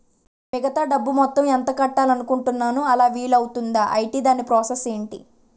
మిగతా డబ్బు మొత్తం ఎంత కట్టాలి అనుకుంటున్నాను అలా వీలు అవ్తుంధా? ఐటీ దాని ప్రాసెస్ ఎంటి?